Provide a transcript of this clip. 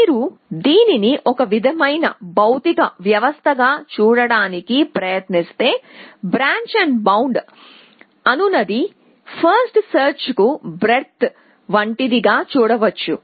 మీరు దీనిని ఒక విధమైన భౌతిక వ్యవస్థగా చూడటానికి ప్రయత్నిస్తే బ్రాంచ్బౌండ్ అనునది ఫస్ట్ సెర్చ్ కు బ్రేడ్త్ వంటిది గా చూడవచ్చు